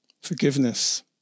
Forgiveness